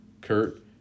Kurt